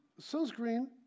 sunscreen